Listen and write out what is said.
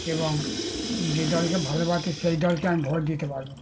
এবং যে দলকে ভালোবাসি সেই দলকে আমি ভোট দিতে পারব